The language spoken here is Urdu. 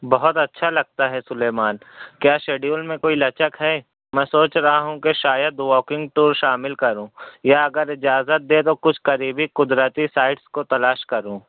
بہت اچھا لگتا ہے سلیمان کیا شیڈیول میں کوئی لچک ہے میں سوچ رہا ہوں کہ شاید واکنگ ٹور شامل کروں یا اگر اجازت دیں تو کچھ قریبی قدرتی سائٹس کو تلاش کروں